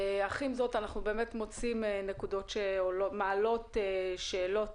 אך עם זאת יש נקודות שמעלות שאלות